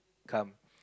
come